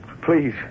Please